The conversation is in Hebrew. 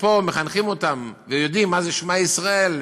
ופה מחנכים אותם לדעת מה זה "שמע ישראל",